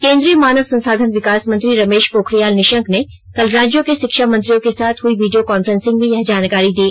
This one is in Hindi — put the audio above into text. केन्द्रीय मानव संसाधन विकास मंत्री रमेष पोखरियाल निषंक ने कल राज्यों के षिक्षा मंत्रियों के साथ हुई वीडियो कॉन्फ्रेंसिंग में यह जानकारी दी